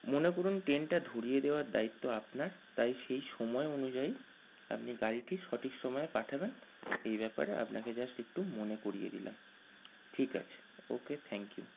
মনে করুন ট্রেনটা ধরিয়ে দেওয়ার দায়িত্ব আপনার তাই সেই সময় অনুযায়ী আপনি গাড়িটি সঠিক সময়ে পাঠাবেন এই ব্যাপারে আপনাকে জাস্ট একটু মনে করিয়ে দিলাম ঠিক আছে ওকে থ্যাঙ্ক ইউ